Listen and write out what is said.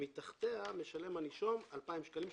שמתחתיה משלם הנישום 2,000 שקלים,